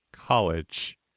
College